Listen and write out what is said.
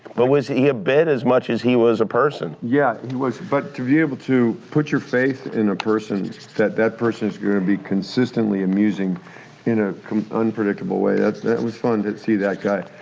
but was he a bit as much as he was a person? yeah he was, but to be able to put your faith in a person that that person is going to be consistently amusing in a unpredictable way that's that was fun to see that guy.